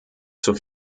zur